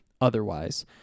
otherwise